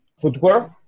footwear